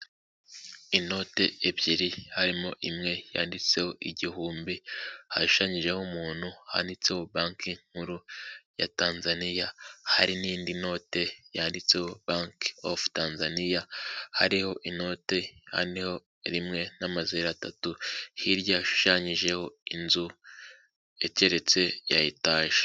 Inote ebyiri harimo imwe yanditseho igihumbi hashanyijeho umuntu handitseho bake nkuru ya Tanzania, hari n'indi note yanditseho bake ofu Tanzania hariho inote ane rimwe n'amazeru atatu, hirya hashushanyijeho inzu igeretse ya etaje.